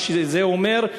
מה שזה אומר,